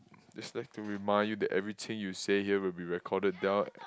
is that to remind you that everything you say here will be recorded down